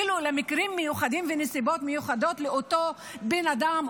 במקרים מיוחדים ובנסיבות מיוחדות לאותו בן אדם,